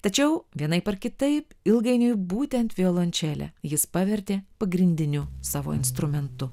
tačiau vienaip ar kitaip ilgainiui būtent violončelę jis pavertė pagrindiniu savo instrumentu